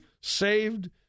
saved